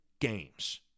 games